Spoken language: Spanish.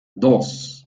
dos